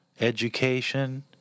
education